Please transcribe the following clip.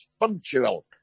punctual